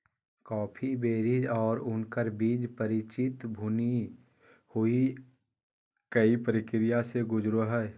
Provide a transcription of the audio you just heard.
coffee berries और उनकर बीज परिचित भुनी हुई कई प्रक्रिया से गुजरो हइ